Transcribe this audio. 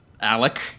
Alec